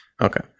Okay